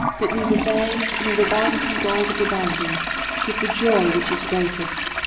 but neither they nor the velvet and gold of the binding give the joy which is greatest.